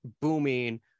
booming